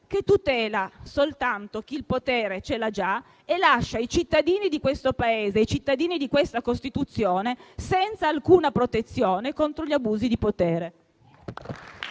che tutela soltanto chi ha già il potere e lascia i cittadini di questo Paese, di questa Costituzione, senza alcuna protezione contro gli abusi di potere.